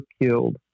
killed